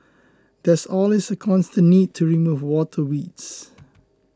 there's always a constant need to remove water weeds